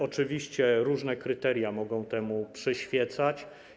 Oczywiście różne kryteria mogą temu przyświecać.